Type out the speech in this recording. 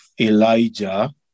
Elijah